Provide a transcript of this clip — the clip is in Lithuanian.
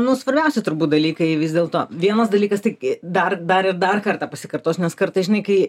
nu svarbiausia turbūt dalykai vis dėlto vienas dalykas taigi dar dar ir dar kartą pasikartosiu nes kartais žinai kai